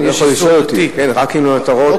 רק אם למטרות,